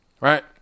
Right